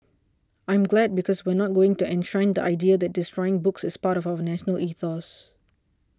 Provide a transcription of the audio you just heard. I'm glad because we're not going to enshrine the idea that destroying books is part of our national ethos